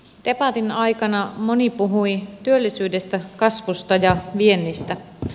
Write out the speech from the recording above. debatin aikana moni puhui työllisyydestä kasvusta ja viennistä